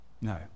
No